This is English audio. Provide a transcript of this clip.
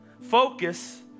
Focus